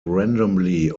randomly